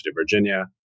Virginia